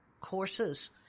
courses